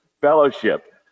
fellowship